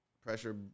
pressure